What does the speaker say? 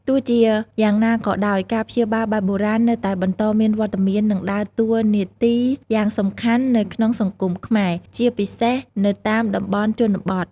ទោះជាយ៉ាងណាក៏ដោយ ការព្យាបាលបែបបុរាណនៅតែបន្តមានវត្តមាន និងដើរតួនាទីយ៉ាងសំខាន់នៅក្នុងសង្គមខ្មែរ ជាពិសេសនៅតាមតំបន់ជនបទ។